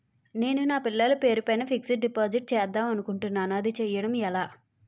నేను నా పిల్లల పేరు పైన ఫిక్సడ్ డిపాజిట్ చేద్దాం అనుకుంటున్నా అది చేయడం ఎలా?